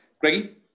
Greggy